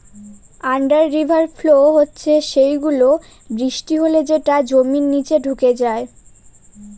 under river flow হচ্ছে সেই গুলো, বৃষ্টি হলে যেটা জমির নিচে ঢুকে যায়